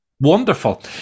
wonderful